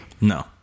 No